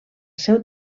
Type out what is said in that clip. seu